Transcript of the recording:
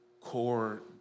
core